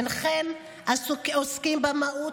אינכם עוסקים במהות,